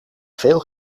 veel